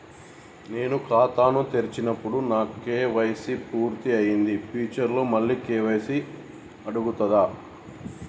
నేను ఖాతాను తెరిచినప్పుడు నా కే.వై.సీ పూర్తి అయ్యింది ఫ్యూచర్ లో మళ్ళీ కే.వై.సీ అడుగుతదా?